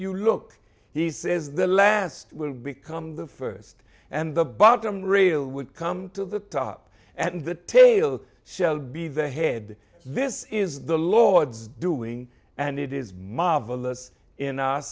you look he says the last will become the first and the bottom rail would come to the top and the tail shall be the head this is the lord's doing and it is marvelous in our